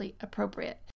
appropriate